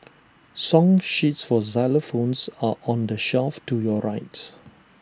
song sheets for xylophones are on the shelf to your right